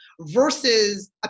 versus